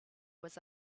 was